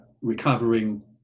recovering